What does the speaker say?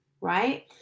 right